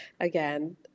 again